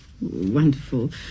wonderful